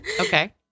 Okay